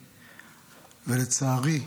לצערי,